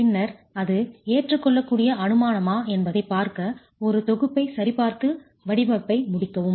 பின்னர் அது ஏற்றுக்கொள்ளக்கூடிய அனுமானமா என்பதைப் பார்க்க ஒரு தொகுப்பைச் சரிபார்த்து வடிவமைப்பை முடிக்கவும்